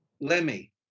Lemmy